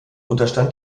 unterstand